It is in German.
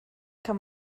kann